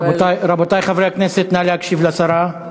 רבותי חברי הכנסת, נא להקשיב לשרה.